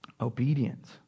obedience